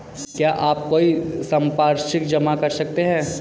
क्या आप कोई संपार्श्विक जमा कर सकते हैं?